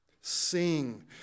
Sing